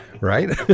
Right